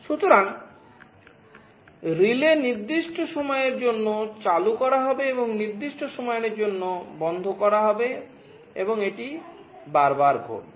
সুতরাং রিলে নির্দিষ্ট সময়ের জন্য চালু করা হবে এবং নির্দিষ্ট সময়ের জন্য বন্ধ করা হবে এবং এটি বারবার ঘটবে